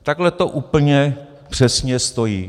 Takhle to úplně přesně stojí.